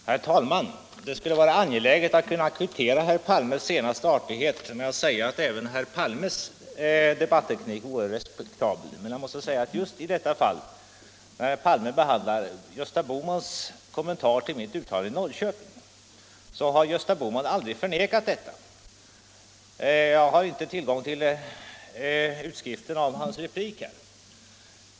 Herr talman! Det skulle vara angenämt att kunna kvittera herr Palmes senaste artighet med att säga att även herr Palmes debatteknik är respektabel, men jag har svårt att göra det just i detta fall när herr Palme behandlar herr Bohmans kommentar till mitt uttalande i Norrköping. Herr Bohman har aldrig förnekat detta. Jag har inte tillgång till utskriften av hans replik.